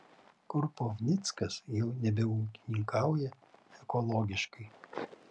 krupovnickas jau nebeūkininkauja ekologiškai